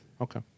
Okay